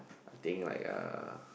I think like uh